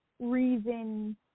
reason